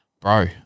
Bro